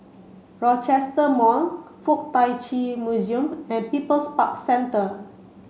Rochester Mall Fuk Tak Chi Museum and People's Park Centre